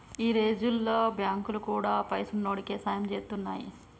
ఈ రోజుల్ల బాంకులు గూడా పైసున్నోడికే సాయం జేత్తున్నయ్